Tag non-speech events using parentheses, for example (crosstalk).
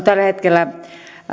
(unintelligible) tällä hetkellä